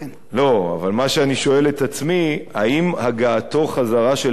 אבל מה שאני שואל את עצמי: האם הגעתו חזרה של אריה